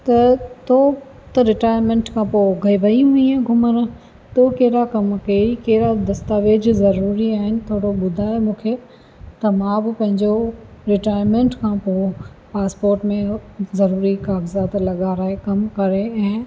त तो त रिटाएरमेंट खां पोइ गए वई हुईअं घुमणु तो कहिड़ा कम कयई कहिड़ा दस्तावेज़ ज़रूरी आहिनि हिकु भेरो ॿुधाए मूंखे त मां बि पोइ रिटाएरमेंट खां पोइ पासपोट में ज़रूरी काग़ज़ात लॻाराए कमु करे ऐं